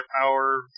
power